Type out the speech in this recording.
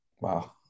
wow